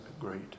great